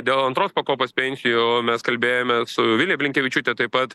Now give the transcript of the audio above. dėl antros pakopos pensijų mes kalbėjome su vilija blinkevičiūte taip pat